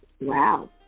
Wow